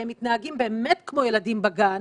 שהם מתנהגים באמת כמו ילדים בגן